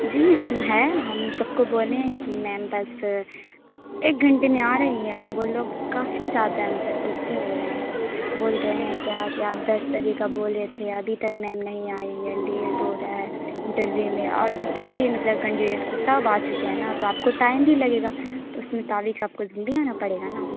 جی ہم ہیں ہم سب کو بولے ہیں کہ میم بس ایک گھنٹے میں آرہی ہیں وہ لوگ کافی زیادہ ہیں مطلب غصے ہو رہے ہیں بول رہے ہیں کیا کہ آپ دس بجے کا بولے تھے ابھی تک میم نہیں آئیں اتنا لیٹ ہورہا ہے انٹرویو میں اور جتنے بھی مطلب کنڈڈیٹ تھے سب آچکے ہیں نا تو آپ کو ٹائم بھی لگے گا تو اس مطابق آپ کو جلدی آنا پڑے گا نا